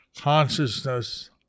consciousness